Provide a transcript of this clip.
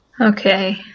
Okay